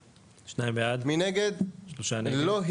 הצבעה בעד, 2 נגד, 3 נמנעים, 0 הרביזיה לא